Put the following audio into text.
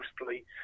mostly